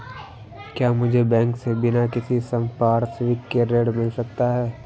क्या मुझे बैंक से बिना किसी संपार्श्विक के ऋण मिल सकता है?